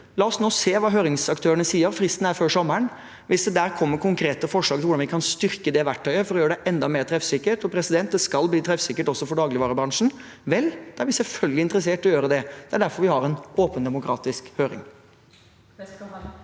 La oss se hva høringsaktørene sier. Fristen er før sommeren. Hvis det der kommer konkrete forslag til hvordan vi kan styrke det verktøyet for å gjøre det enda mer treffsikkert – og det skal bli treffsikkert også for dagligvarebransjen – vel, da er vi selvfølgelig interessert i å gjøre det. Det er derfor vi har en åpen, demokratisk høring.